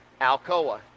Alcoa